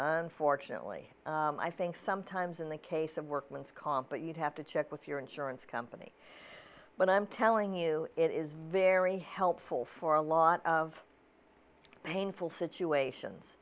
unfortunately i think sometimes in the case of workman's comp but you'd have to check with your insurance company but i'm telling you it is very helpful for a lot of painful situations